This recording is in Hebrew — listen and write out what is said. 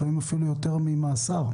גם יותר ממאסר.